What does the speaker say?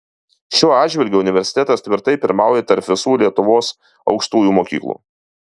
šiuo atžvilgiu universitetas tvirtai pirmauja tarp visų lietuvos aukštųjų mokyklų